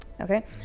Okay